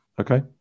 Okay